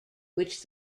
which